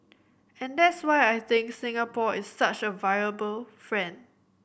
and that's why I think Singapore is such a viable friend